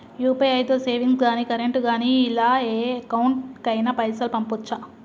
UPI తో savings గాని current గాని ఇలా ఏ అకౌంట్ కైనా పైసల్ పంపొచ్చా?